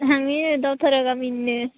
आं नै दावधरा गामिनिनो